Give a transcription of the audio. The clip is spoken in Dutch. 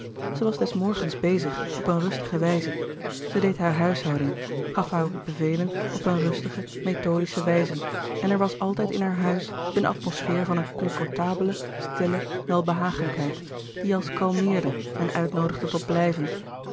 zij was des morgens bezig op een rustige wijze zij deed hare huishouding gaf hare bevelen op een rustige methodische louis couperus de boeken der kleine zielen wijze en er was altijd in haar huis een atmosfeer van een comfortabele stille welbehagelijkheid die als kalmeerde en uitnoodigde tot blijven